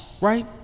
right